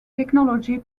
technology